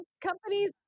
companies